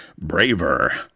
braver